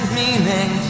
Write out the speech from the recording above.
meaning